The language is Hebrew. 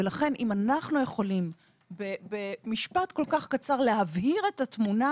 ולכן אם אנחנו יכולים במשפט כל כך קצר להבהיר את התמונה,